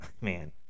man